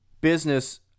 business